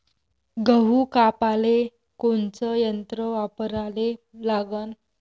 गहू कापाले कोनचं यंत्र वापराले लागन?